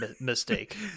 Mistake